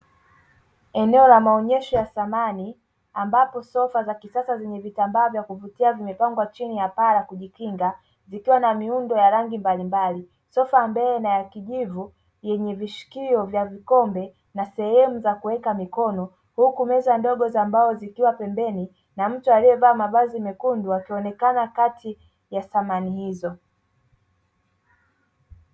Eneo la maonyesho ya samani ambapo sofa za kisasa zenye vitambaa vya kuvutia zimepangwa chini ya paa la kujikinga zikiwa na miundo ya rangi mbalimbali. Sofa ya mbele na ya kijivu yenye vishikio vya vikombe na sehemu za kuweka mikono huku meza ndogo za mbao ziliwa pembeni na mtu aliyevaa mavazi mekundu akionekana kati ya samani hizo.